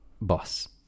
boss